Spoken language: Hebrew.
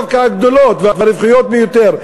דווקא הגדולות והרווחיות ביותר,